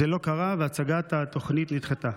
וזה לא קרה, והצגת התוכנית נדחתה.